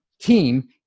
team